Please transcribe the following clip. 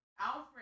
Alfred